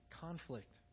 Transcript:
conflict